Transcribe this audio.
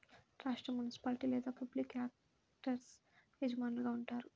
రాష్ట్రం, మునిసిపాలిటీ లేదా public actors యజమానులుగా ఉంటారు